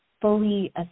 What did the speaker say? fully